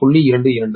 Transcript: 1033 0